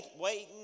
waiting